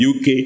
UK